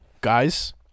guys